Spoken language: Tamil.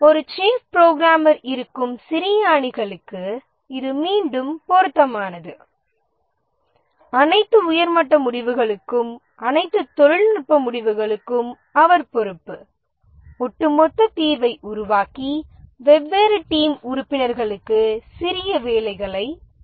ஒரு சீப்ஹ் புரோகிராமர் இருக்கும் சிறிய அணிகளுக்கு இது மீண்டும் பொருத்தமானது அனைத்து உயர் மட்ட முடிவுகளுக்கும் அனைத்து தொழில்நுட்ப முடிவுகளுக்கும் அவர் பொறுப்பு ஒட்டுமொத்த தீர்வை உருவாக்கி வெவ்வேறு டீம் உறுப்பினர்களுக்கு சிறிய வேலைகளை வழங்குகிறார்